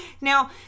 Now